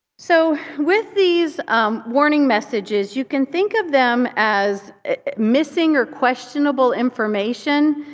so with these warning messages you can think of them as missing or questionable information.